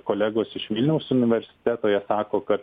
kolegos iš vilniaus universiteto jie sako kad